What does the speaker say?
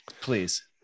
please